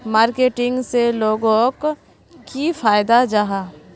Marketing से लोगोक की फायदा जाहा?